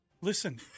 Listen